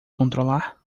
controlar